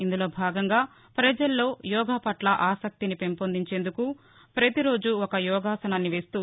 ఇందులో భాగంగా ప్రజల్లో యోగా పట్ల ఆసక్తిని పెంపొందించేందుకు పతిరోజు ఒక యోగాసనాన్ని వేస్తూ